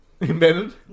Invented